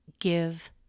give